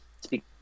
speak